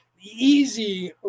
easy